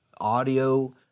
audio